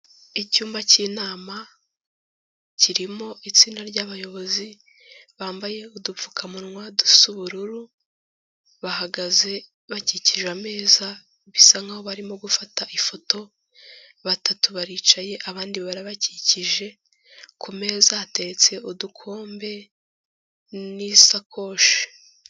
Icyumba cy'inama kirimo itsinda ry'abayobozi bambaye udupfukamunwa dusa ubururu, bahagaze bakikije ameza bisa nkaho barimo gufata ifoto, batatu baricaye abandi barabakikije, ku meza hateretse udukombe n'isakoshi.